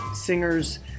singers